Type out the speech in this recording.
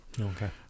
Okay